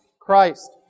Christ